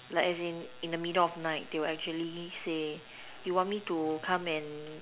like as in in the middle of night they will actually say you want me to come and